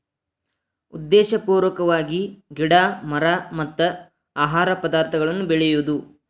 ಉದ್ದೇಶಪೂರ್ವಕವಾಗಿ ಗಿಡಾ ಮರಾ ಮತ್ತ ಆಹಾರ ಪದಾರ್ಥಗಳನ್ನ ಬೆಳಿಯುದು